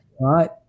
right